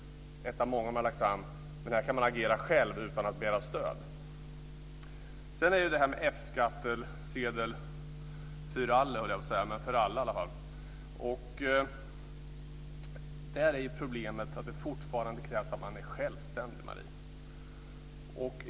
Myndigheten kan agera själv utan att begära stöd. Det har talats om F-skattsedel för alla. Problemet är att det fortfarande krävs att man är självständig.